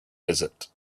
desert